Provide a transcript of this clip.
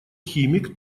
химик